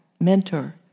mentor